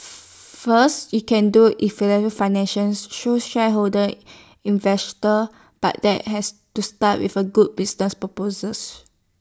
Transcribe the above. first you can do financing so shareholders investors but that has to start with A good business purposes